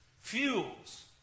fuels